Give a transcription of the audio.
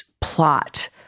plot